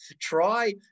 try